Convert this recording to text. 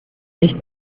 nicht